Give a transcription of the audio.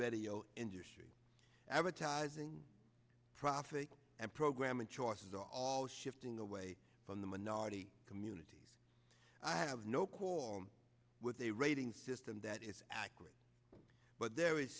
radio industry advertising profit and programming choices are all shifting away from the minority community i have no quarrel with a rating system that is accurate but there is